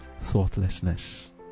thoughtlessness